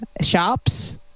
shops